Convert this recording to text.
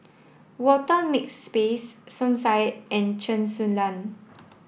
Walter Makepeace Som Said and Chen Su Lan